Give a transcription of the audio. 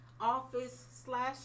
office/slash